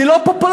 זה לא פופולרי.